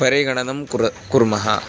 परिगणनं कुर कुर्मः